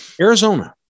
Arizona